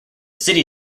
city